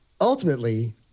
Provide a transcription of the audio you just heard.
Ultimately